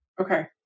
Okay